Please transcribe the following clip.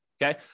Okay